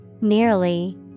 Nearly